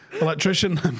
electrician